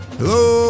Hello